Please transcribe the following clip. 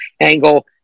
angle